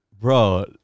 bro